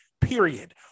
Period